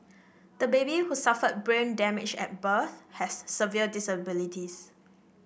the baby who suffered brain damage at birth has severe disabilities